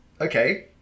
okay